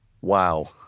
Wow